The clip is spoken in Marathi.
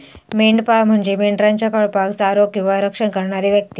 मेंढपाळ म्हणजे मेंढरांच्या कळपाक चारो किंवा रक्षण करणारी व्यक्ती